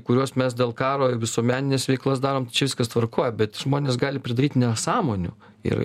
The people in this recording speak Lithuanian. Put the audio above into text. kuriuos mes dėl karo visuomenines veiklas darom tai čia viskas tvarkoj bet žmonės gali pridaryt nesąmonių ir